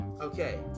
Okay